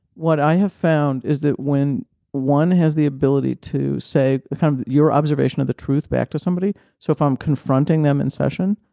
what i have found is that when one has the ability to say from kind of your observation of the truth back to somebody, so if i'm confronting them in session,